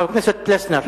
חבר הכנסת יוחנן פלסנר,